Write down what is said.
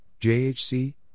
JHC